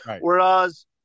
Whereas